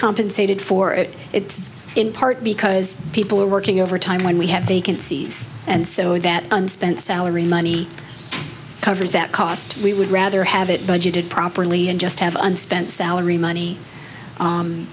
compensated for it it's in part because people are working overtime when we have vacancies and so that unspent salary money covers that cost we would rather have it budgeted properly and just haven't spent salary money